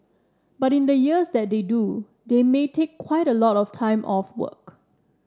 but in the years that they do they may take quite a lot of time off work